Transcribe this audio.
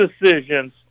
decisions